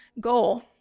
goal